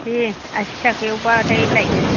दे आसि थाखायावबाथाय लायगोन